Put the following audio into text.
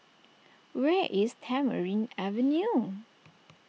where is Tamarind Avenue